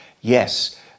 Yes